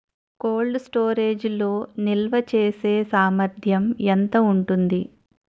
Cold storage లో నిల్వచేసేసామర్థ్యం ఎంత ఉంటుంది?